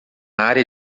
área